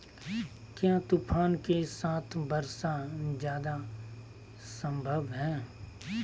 क्या तूफ़ान के साथ वर्षा जायदा संभव है?